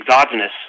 exogenous